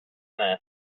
this